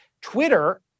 Twitter